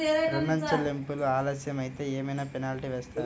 ఋణ చెల్లింపులు ఆలస్యం అయితే ఏమైన పెనాల్టీ వేస్తారా?